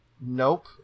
Nope